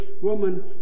Woman